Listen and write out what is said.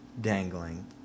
Dangling